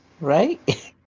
right